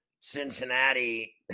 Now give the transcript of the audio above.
Cincinnati